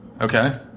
Okay